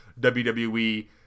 WWE